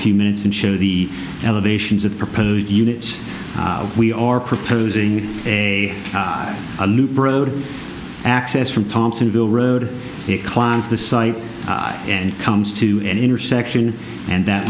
few minutes and show the elevations of proposed units we are proposing a road access from thompson ville road it climbs the site and comes to an intersection and that